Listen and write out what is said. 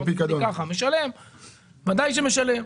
בוודאי משלם.